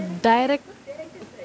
direc~